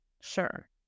sure